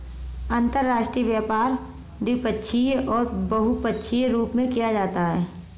अंतर्राष्ट्रीय व्यापार द्विपक्षीय और बहुपक्षीय रूप में किया जाता है